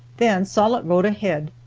then sollitt rode ahead,